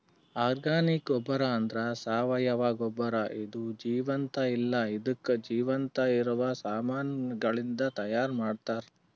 organic ಗೊಬ್ಬರ ಅಂದ್ರ ಸಾವಯವ ಗೊಬ್ಬರ ಇದು ಜೀವಂತ ಇಲ್ಲ ಹಿಂದುಕ್ ಜೀವಂತ ಇರವ ಸಾಮಾನಗಳಿಂದ್ ತೈಯಾರ್ ಮಾಡ್ತರ್